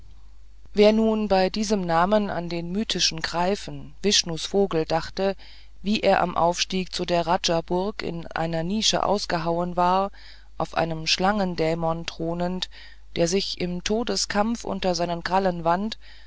wer nun bei diesem namen an den mythischen greifen vishnus vogel dachte wie er am aufstieg zu der raja burg in einer nische ausgehauen war auf einem schlangendämon thronend der sich im todeskampfe unter seinen krallen wand